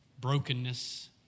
brokenness